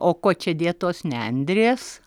o kuo čia dėtos nendrės